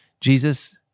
Jesus